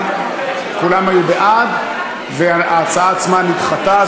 כולם היו בעד, וההצעה עצמה נדחתה.